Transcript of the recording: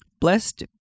Blessed